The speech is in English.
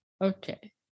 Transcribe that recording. okay